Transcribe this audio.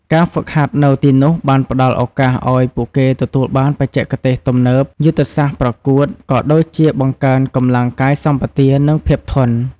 ការហ្វឹកហាត់នៅទីនោះបានផ្ដល់ឱកាសឲ្យពួកគេទទួលបានបច្ចេកទេសទំនើប យុទ្ធសាស្ត្រប្រកួត ក៏ដូចជាបង្កើនកម្លាំងកាយសម្បទា និងភាពធន់។